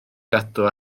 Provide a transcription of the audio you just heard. gadw